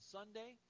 Sunday